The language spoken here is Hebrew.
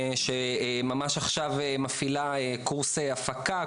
שממש עכשיו מפעילה קורס הפקה,